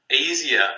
easier